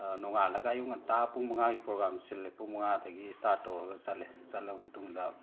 ꯅꯣꯡꯉꯥꯜꯂꯒ ꯑꯌꯨꯛ ꯉꯟꯇ ꯄꯨꯡ ꯃꯉꯥꯒꯤ ꯄ꯭ꯔꯣꯒꯥꯝ ꯁꯤꯜꯂꯦ ꯄꯨꯡ ꯃꯉꯥꯗꯒꯤ ꯁ꯭ꯇꯥꯔꯠ ꯇꯧꯔꯒ ꯆꯠꯂꯦ ꯆꯠꯂꯕ ꯃꯇꯨꯡꯗ